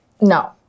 No